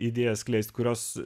idėją skleis kurios